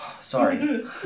Sorry